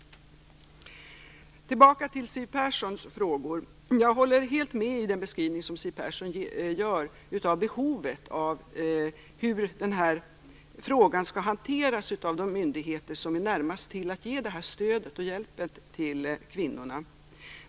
Tillbaka till Siw Perssons frågor. Jag håller helt med Siw Persson om den beskrivning som hon gör av behovet av hur denna fråga skall hanteras av de myndigheter som ligger närmast till för att ge stöd och hjälp till kvinnorna.